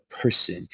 person